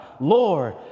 Lord